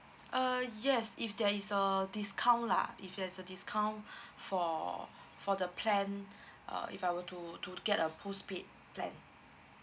uh yes if there is a discount lah if there's a discount for for the plan uh if I were to to to get a postpaid plan